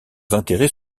intérêt